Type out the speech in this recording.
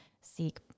seek